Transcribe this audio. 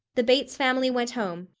the bates family went home,